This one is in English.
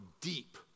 deep